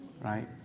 right